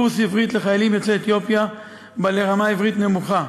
קורס עברית לחיילים יוצאי אתיופיה בעלי רמת עברית נמוכה.